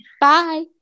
Bye